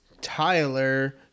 Tyler